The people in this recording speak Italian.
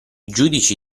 giudici